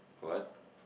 what